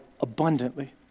abundantly